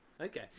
okay